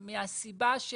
מהסיבה,